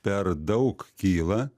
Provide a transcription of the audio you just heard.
per daug kyla